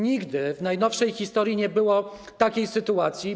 Nigdy w najnowszej historii nie było takiej sytuacji.